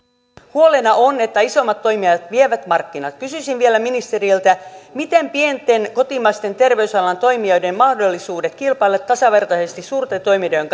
huolena on että isommat toimijat vievät markkinat kysyisin vielä ministeriltä miten pienten kotimaisten terveysalan toimijoiden mahdollisuudet kilpailla tasavertaisesti suurten toimijoiden